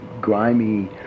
grimy